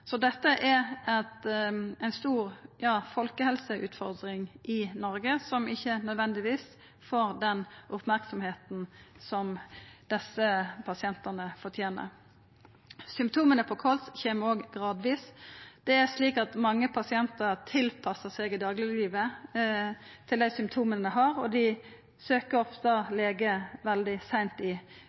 Så dette er ei stor folkehelseutfordring i Noreg som ikkje nødvendigvis får den merksemda som desse pasientane fortener. Symptoma på kols kjem gradvis. Det er slik at mange pasientar tilpassar dagleglivet til dei symptoma dei har, og dei oppsøkjer ofte lege veldig seint i